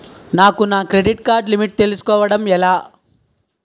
నాకు నా credit card limit తెలుసుకోవడం ఎలా?